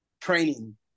training